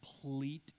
complete